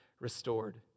restored